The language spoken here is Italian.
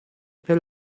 per